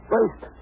First